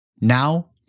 Now